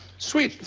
sweet.